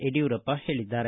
ಯಡಿಯೂರಪ್ಪ ಹೇಳಿದ್ದಾರೆ